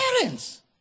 Parents